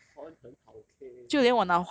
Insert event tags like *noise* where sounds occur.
*noise* 我华文很好 okay